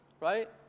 Right